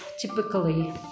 typically